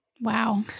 Wow